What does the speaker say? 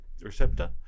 receptor